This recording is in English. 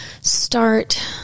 start